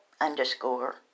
underscore